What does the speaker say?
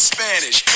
Spanish